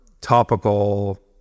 topical